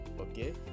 okay